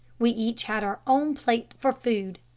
we each had our own plate for food.